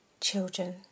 children